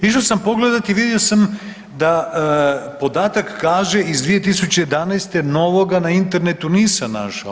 Išao sam pogledati i vidio sam da podatak kaže iz 2011., novoga na internetu nisam našao.